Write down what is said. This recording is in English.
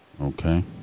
Okay